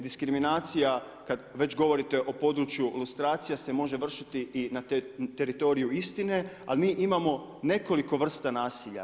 Diskriminacija, kad već govorite o području lustracija se može vršiti i na teritoriju istine, ali mi imamo nekoliko vrsta nasilja.